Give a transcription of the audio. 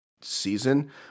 season